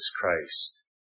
Christ